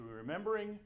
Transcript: remembering